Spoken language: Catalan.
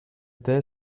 test